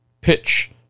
pitch